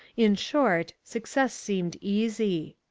in short, success seemed easy.